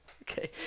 Okay